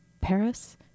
Paris